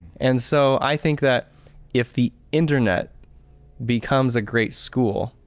and so, i think that if the internet becomes a great school,